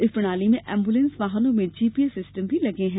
इस प्रणाली में एम्बुलेंस वाहनों में जीपीएस सिस्टम भी लगे हैं